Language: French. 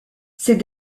ces